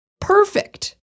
Perfect